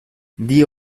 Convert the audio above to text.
die